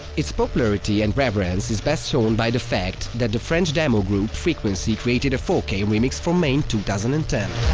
it's popularity and reverence is best shown by the fact that the french demogroup frequency created a four k remix for main two thousand and ten.